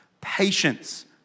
patience